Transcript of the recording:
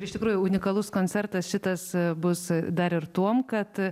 iš tikrųjų unikalus koncertas šitas bus dar ir tuom kad